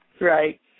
Right